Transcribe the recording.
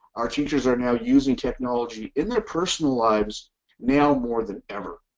our teachers are now using technology in their personal lives now more than ever.